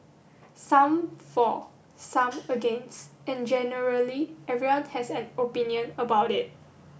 some for some against and generally everyone has an opinion about it